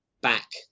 back